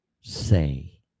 say